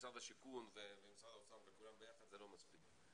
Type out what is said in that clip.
משרד השיכון ומשרד האוצר וכולם ביחד, זה לא מספיק.